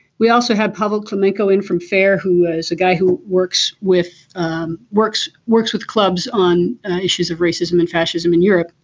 we also had public kumiko and from fair who was a guy who works with um works works with clubs on issues of racism and fascism in europe.